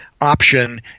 option